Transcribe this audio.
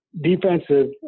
defensive